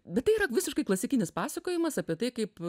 bet tai yra visiškai klasikinis pasakojimas apie tai kaip